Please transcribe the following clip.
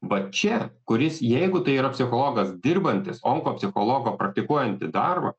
vat čia kuris jeigu tai yra psichologas dirbantis onkopsichologo praktikuojanti darbą